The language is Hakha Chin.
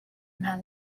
hna